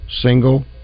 single